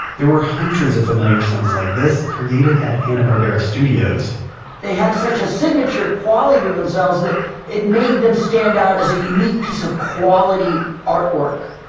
there were hundreds of familiar sounds like this created at hanna-barbera studios they had such a signature quality to themselves that it made them stand out as a unique piece of quality artwork,